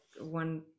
one